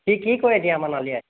সি কি কৰে এতিয়া আমাৰ নালিয়াই